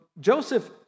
Joseph